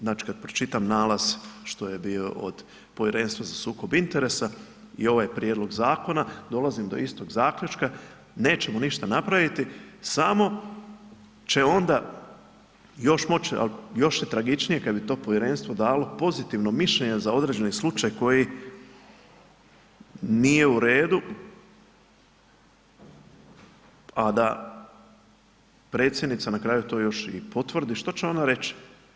Znači kad pročitam nalaz što je bio od Povjerenstva za sukob interesa i ovaj prijedlog zakona, dolazim do istog zaključka, nećemo ništa napraviti, samo će onda još moći, ali još je tragičnije kad bi to povjerenstvo dalo pozitivno mišljenje za određeni slučaj koji nije u redu, a da predsjednica na kraju to još i potvrdi, što će ono reći?